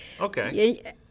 Okay